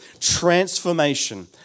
transformation